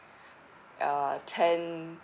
uh ten